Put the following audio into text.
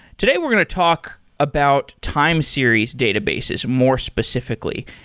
today we're going to talk about time series databases more specifically.